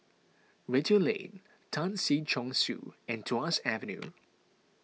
Redhill Lane Tan Si Chong Su and Tuas Avenue